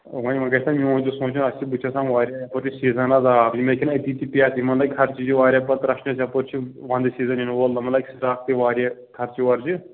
وۄنۍ وۄنۍ گژھِ نا میٛون تہِ سونٛچُن اَتھ چھِ بُتھِ آسان واریاہ یپٲرۍ چھُ سیٖزن اَز آف یِم ہیٚکٮ۪ن أتی تی پیتھ یِمن لگہِ خرچہِ تہِ واریاہ پَتہٕ رچھنَس یپٲرۍ چھُ وَنٛدٕ سیٖزن یِنہٕ وول یِمن لگہِ سِٹاک تہِ واریاہ خرچہِ وَرچہِ